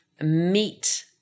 meet